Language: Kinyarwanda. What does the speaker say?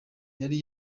yari